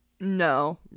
No